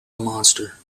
monster